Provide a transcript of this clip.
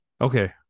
Okay